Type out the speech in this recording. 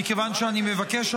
מכיוון שאני מבקש,